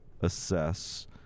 assess